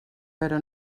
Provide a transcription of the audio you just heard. però